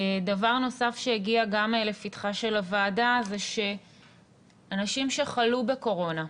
דבר נוסף שהגיע גם לפתחה של הוועדה זה שאנשים שחלו בקורונה,